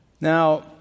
Now